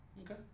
Okay